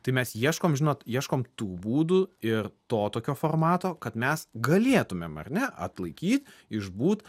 tai mes ieškom žinot ieškom tų būdų ir to tokio formato kad mes galėtumėm ar ne atlaikyt išbūt